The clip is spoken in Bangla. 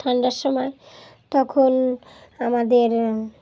ঠান্ডার সময় তখন আমাদের